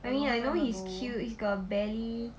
I mean I know he's cute he's got belly